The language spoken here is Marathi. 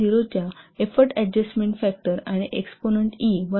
0 च्या एफर्ट ऍडजस्टमेंट फॅक्टर आणि एक्सपोनेंट E 1